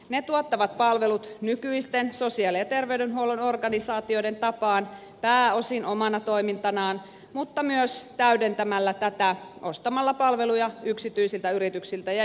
ne tuottavat palvelut nykyisten sosiaali ja terveydenhuollon organisaatioiden tapaan pääosin omana toimintanaan mutta myös täydentämällä tätä ostamalla palveluja yksityisiltä yrityksiltä ja järjestöiltä